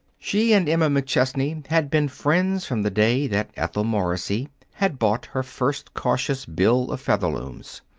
she and emma mcchesney had been friends from the day that ethel morrissey had bought her first cautious bill of featherlooms.